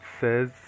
says